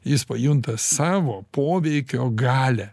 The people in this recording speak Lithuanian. jis pajunta savo poveikio galią